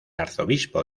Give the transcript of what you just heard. arzobispo